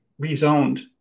rezoned